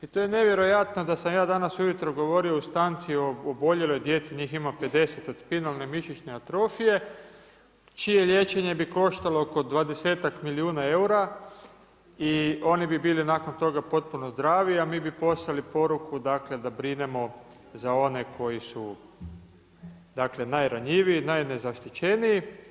I to je nevjerojatno da sam ja danas ujutro govorio u stanci o oboljeloj djeci, njih ima 50, od spinalne mišićne atrofije, čije liječenje bi koštalo ko 20 milijuna eura i oni bi bili nakon toga potpuno zdravi, a mi bi poslali poruku dakle, da brinemo za one koji su najranjiviji, najnezaštićeniji.